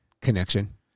Connection